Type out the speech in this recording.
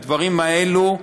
הדברים האלה,